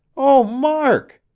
oh mark!